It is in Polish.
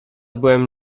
byłem